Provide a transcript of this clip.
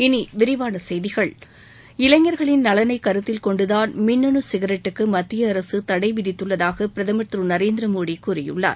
இனி விரிவான செய்திகள் இளைஞர்களின் நலனை கருத்தில் கொண்டுதான் மின்னனு சிகரெட்டுக்கு மத்திய அரசு தடைவிதித்துள்ளதாக பிரதமர் திரு நரேந்திர மோடி கூறியுள்ளார்